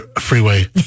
freeway